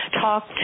Talk